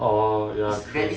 orh ya true